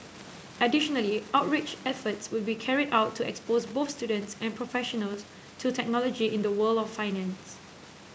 additionally outreach efforts will be carried out to expose both students and professionals to technology in the world of finance